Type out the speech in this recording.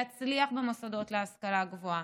להצליח במוסדות להשכלה גבוהה,